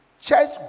Church